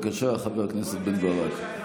--- בבקשה, חבר הכנסת רם בן ברק.